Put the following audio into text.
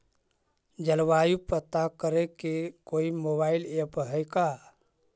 जलवायु पता करे के कोइ मोबाईल ऐप है का?